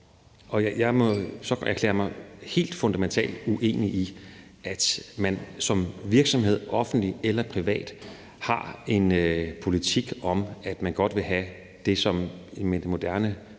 Jeg må så erklære mig helt fundamentalt uenig i, at det, at man som virksomhed – offentlig eller privat – har en politik om, at man godt vil have det, som med et moderne